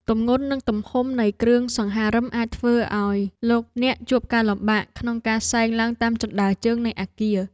ទម្ងន់និងទំហំនៃគ្រឿងសង្ហារិមអាចធ្វើឱ្យលោកអ្នកជួបការលំបាកក្នុងការសែងឡើងតាមជណ្ដើរជើងនៃអគារ។